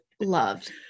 loved